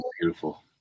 Beautiful